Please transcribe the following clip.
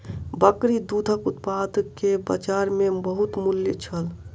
बकरी दूधक उत्पाद के बजार में बहुत मूल्य छल